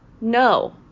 No